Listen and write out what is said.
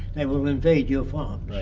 they will invade your farms.